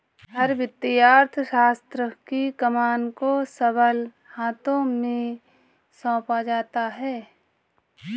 हर वित्तीय अर्थशास्त्र की कमान को सबल हाथों में सौंपा जाता है